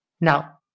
Now